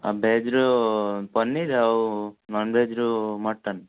ଆ ଭେଜରୁ ପନିର୍ ଆଉ ନନଭେଜରୁ ମଟନ୍